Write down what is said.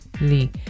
Lee